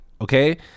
Okay